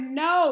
no